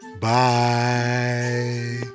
Bye